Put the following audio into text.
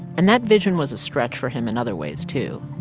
and that vision was a stretch for him in other ways, too.